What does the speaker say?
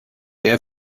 eher